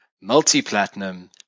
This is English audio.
multi-platinum